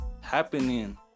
happening